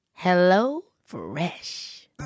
HelloFresh